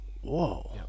Whoa